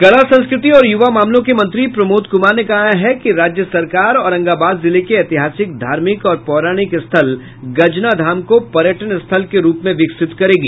कला संस्कृति और यूवा मामलों के मंत्री प्रमोद कुमार ने कहा है कि राज्य सरकार औरंगाबाद जिले के ऐतिहासिक धार्मिक और पौराणिक स्थल गजना धाम को पर्यटन स्थल के रूप में विकसित करेगी